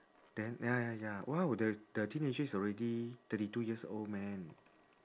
then ya ya ya !wow! the the teenager is already thirty two years old man